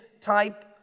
type